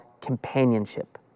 companionship